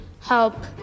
help